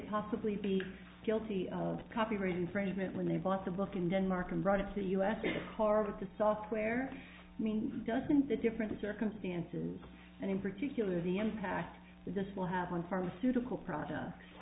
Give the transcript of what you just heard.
possibly be guilty of copyright infringement when they bought the book in denmark and brought it to us to harvest the software mean doesn't the different circumstances and in particular the impact this will have on pharmaceutical products